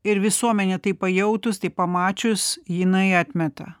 ir visuomenė tai pajautus tai pamačius jinai atmeta